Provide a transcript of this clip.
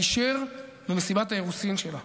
היישר ממסיבת האירוסין שלה,